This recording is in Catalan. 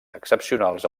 excepcionals